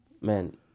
man